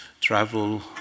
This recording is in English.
travel